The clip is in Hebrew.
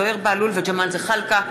זוהיר בהלול וג'מאל זחאלקה.